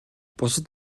бусад